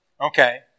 okay